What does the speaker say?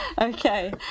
Okay